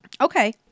Okay